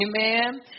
amen